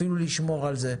אפילו לשמור על זה.